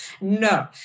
no